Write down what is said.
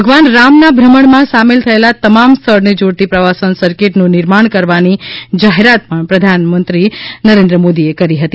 ભગવાન રામ ના ભ્રમણ માં સામેલ થયેલા તમામ સ્થળ ને જોડતી પ્રવાસન સર્કિટ નું નિર્માણ કરવાની જાહેરાત પણ પ્રધાનમંત્રી મોદી કરી હતી